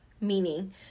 meaning